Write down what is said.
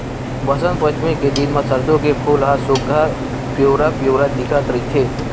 बसंत पचमी के दिन म सरसो के फूल ह सुग्घर पिवरा पिवरा दिखत रहिथे